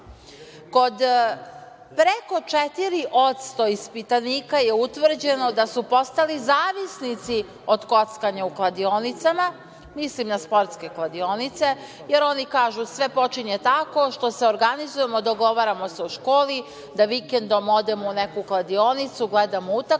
preko 4% ispitanika je utvrđeno da su postali zavisnici od kockanja u kladionicama, mislim na sportske kladionice, jer oni kažu – sve počinje tako što se organizujemo, dogovaramo se u školi da vikendom odemo u neku kladionicu da gledamo utakmice,